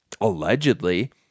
allegedly